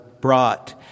brought